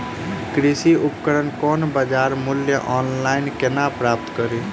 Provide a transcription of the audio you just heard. कृषि उपकरण केँ बजार मूल्य ऑनलाइन केना प्राप्त कड़ी?